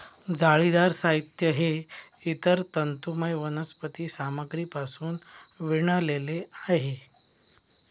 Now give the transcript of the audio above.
जाळीदार साहित्य हे इतर तंतुमय वनस्पती सामग्रीपासून विणलेले आहे